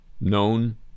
known